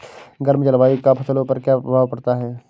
गर्म जलवायु का फसलों पर क्या प्रभाव पड़ता है?